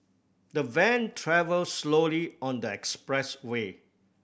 the van travelled slowly on the expressway